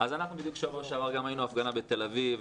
אז אנחנו בדיוק בשבוע שעבר היינו בהפגנה בתל אביב,